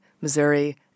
Missouri